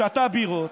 שתה בירות,